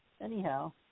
anyhow